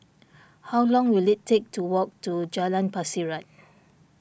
how long will it take to walk to Jalan Pasiran